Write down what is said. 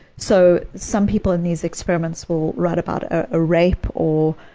so some people in these experiments will write about a rape, or,